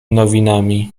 nowinami